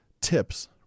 tips